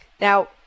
Now